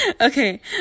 Okay